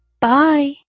Bye